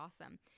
awesome